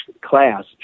class